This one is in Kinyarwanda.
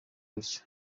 gutyo